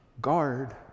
Guard